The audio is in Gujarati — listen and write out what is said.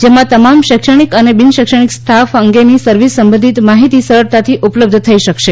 જેમાં તમામ શૈક્ષણીક અને બિનશૈક્ષણીક સ્ટાફ અંગેની સર્વિસ સંબંધીત માહીતી સરળતાથી ઉપલબ્ધ થઈ શકશે